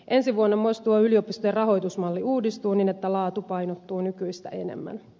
ensi vuonna myös tuo yliopistojen rahoitusmalli uudistuu niin että laatu painottuu nykyistä enemmän